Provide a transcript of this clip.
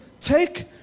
take